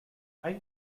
ein